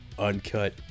uncut